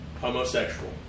Homosexual